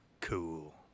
cool